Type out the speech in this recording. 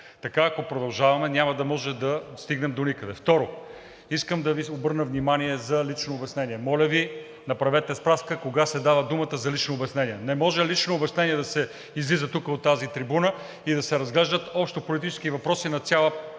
Така, ако продължаваме, няма да можем да стигнем доникъде. Второ, искам да Ви обърна внимание за лично обяснение. Моля Ви, направете справка кога се дава думата за лично обяснение. Не може за лично обяснение да се излиза тук, от тази трибуна, и да се разглеждат общополитически въпроси на цяла група.